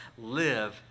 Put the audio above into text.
live